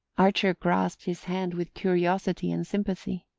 archer grasped his hand with curiosity and sympathy.